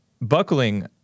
buckling